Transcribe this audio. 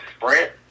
sprint